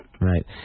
Right